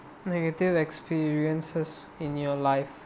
negative experiences in your life